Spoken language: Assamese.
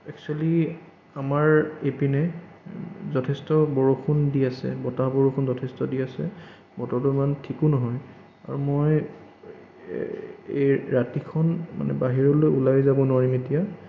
একচুয়েলি আমাৰ এইপিনে যথেষ্ট বৰষুণ দি আছে বতাহ বৰষুণ যথেষ্ট দি আছে বতৰটো ইমান ঠিকো নহয় আৰু মই এই ৰাতিখন মানে বাহিৰলৈ ওলাই যাব নোৱাৰিম এতিয়া